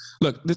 Look